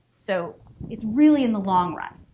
so it's really in the long run.